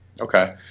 Okay